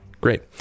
Great